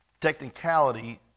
technicality